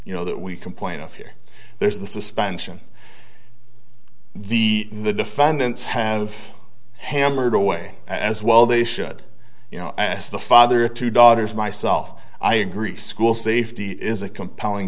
you know that we can point out here there's the suspension the the defendants have hammered away as well they should you know as the father of two daughters myself i agree school safety is a compelling